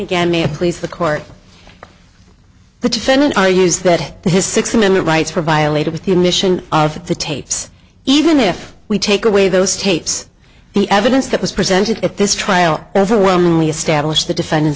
may please the court the defendant i use that his sixth amendment rights were violated with the mission of the tapes even if we take away those tapes the evidence that was presented at this trial overwhelmingly establish the defendant